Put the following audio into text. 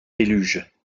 déluge